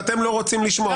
ואתם לא רוצים לשמוע אותו.